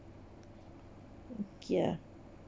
ya